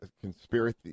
conspiracy